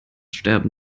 sterben